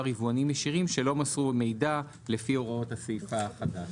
יבואנים ישירים שלא מסרו מידע לפי הוראות הסעיף החדש.